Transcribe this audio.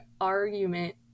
argument